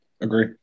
agree